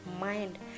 mind